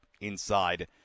inside